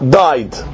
died